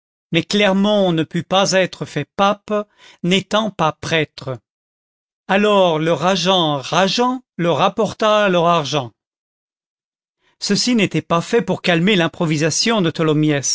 mais clermont ne put pas être fait pape n'étant pas prêtre alors leur agent rageant leur rapporta leur argent ceci n'était pas fait pour calmer l'improvisation de